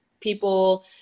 people